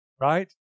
right